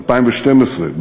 2012,